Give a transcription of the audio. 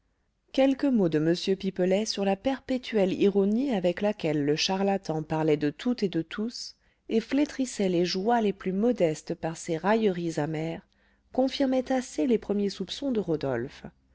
quelques mots de m pipelet sur la perpétuelle ironie avec laquelle le charlatan parlait de tout et de tous et flétrissait les joies les plus modestes par ses railleries amères confirmaient assez les premiers soupçons de rodolphe